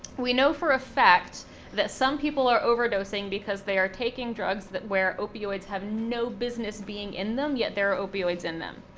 we know for a fact that some people are overdosing because they are taking drugs, where opioids have no business being in them, yet there are opioids in them.